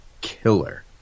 killer